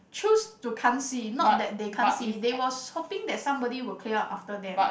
choose to can't see not that they can't see they was hoping that somebody will clear up after them